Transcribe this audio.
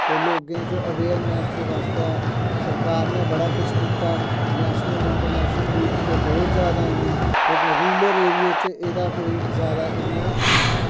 ते लोगें च अवेयरनेस्स बास्तै सरकार ने बड़ा किश कीता नैशनस इन्टरनैशनस न्यूज़ ते बौह्त जैदा ओइयां लेकिन रुलर एरियै च एह्दा कोई जैदा इन्ना